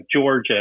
Georgia